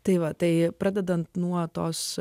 tai va tai pradedant nuo tos